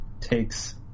takes